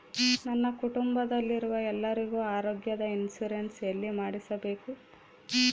ನನ್ನ ಕುಟುಂಬದಲ್ಲಿರುವ ಎಲ್ಲರಿಗೂ ಆರೋಗ್ಯದ ಇನ್ಶೂರೆನ್ಸ್ ಎಲ್ಲಿ ಮಾಡಿಸಬೇಕು?